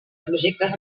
projectes